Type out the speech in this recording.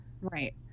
right